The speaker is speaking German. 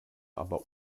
aber